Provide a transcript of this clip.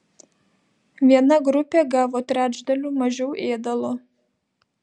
viena grupė gavo trečdaliu mažiau ėdalo